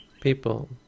people